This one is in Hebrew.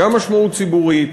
גם משמעות ציבורית